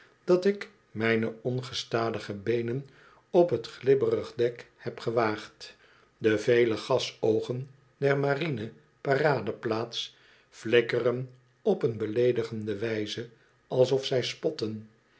dat ik myne ongestadige beenen op t glibberig dek heb gewaagd de vele gasoogen der marine paradeplaats flikkeren opeen beleodigende wijze alsof zij spotten